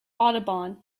audubon